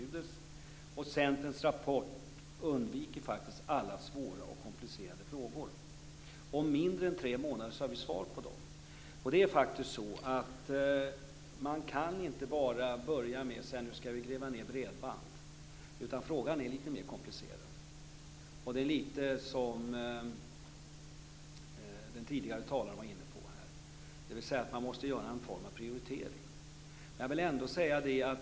Men i Centerns rapport undviker man ju alla svåra och komplicerade frågor. Om mindre än tre månader kommer vi dock att ha svar på dem. Man kan inte bara börja med att säga att nu skall vi gräva ned bredband, utan frågan är lite mer komplicerad än så. Det är lite grann som den tidigare talaren här var inne på, dvs. att man måste göra en form av prioritering.